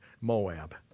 Moab